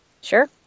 Sure